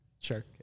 Sure